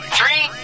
Three